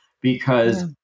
because-